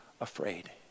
afraid